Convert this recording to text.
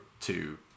two